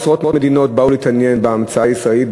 עשרות מדינות באו להתעניין בהמצאה הישראלית,